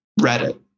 Reddit